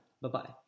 Bye-bye